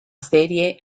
serie